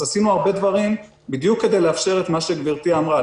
עשינו הרבה דברים בדיוק כדי לאפשר את מה שגברתי אמרה.